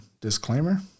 disclaimer